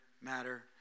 matter